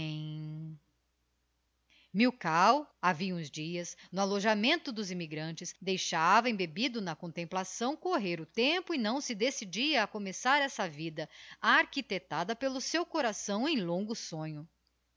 milkau havia uns dias no alojamento dos immigrantes deixava embebido na contemplação correr o tempo e não se decidia a começar essa vida architectada pelo seu coração em longo sonho